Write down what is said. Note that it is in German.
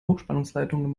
hochspannungsleitungen